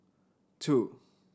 two